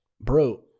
bro